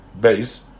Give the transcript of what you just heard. Base